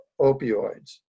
opioids